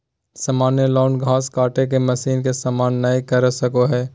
सामान्य लॉन घास काटे के मशीन के सामना नय कर सको हइ